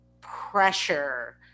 pressure